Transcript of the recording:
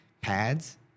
pads